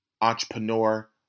entrepreneur